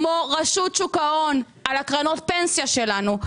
כמו רשות שוק ההון על קרנות הפנסיה שלנו,